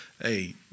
hey